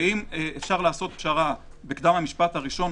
ואם אפשר לעשות פשרה בקדם המשפט הראשון,